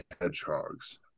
hedgehogs